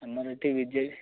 ଆମର ଏଠି ବିଜେ